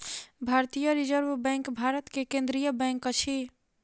भारतीय reserve bank Bharat के केंद्रीय बैंक अछि